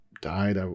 died